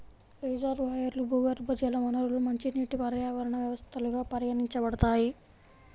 రిజర్వాయర్లు, భూగర్భజల వనరులు మంచినీటి పర్యావరణ వ్యవస్థలుగా పరిగణించబడతాయి